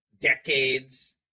decades